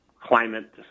climate